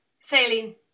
sailing